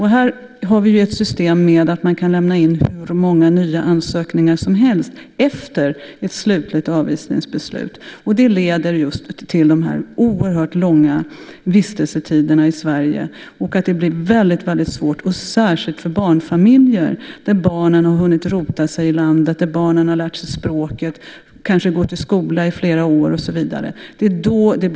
Här har vi ett system där man kan lämna in hur många nya ansökningar som helst efter ett slutligt avvisningsbeslut. Det leder till de oerhört långa vistelsetiderna i Sverige, och det blir särskilt svårt för barnfamiljer, där barnen har hunnit rota sig i landet, där barnen har lärt sig språket och gått i skolan. Då blir det akut.